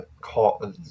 call